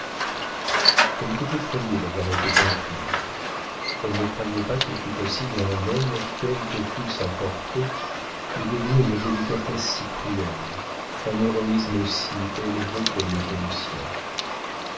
elle était effrayée d'avoir été comprise elle ne croyait pas qu'il fût possible à un homme quelle que fût sa portée de deviner une délicatesse si cruelle un héroïsme aussi élevé que l'était le sien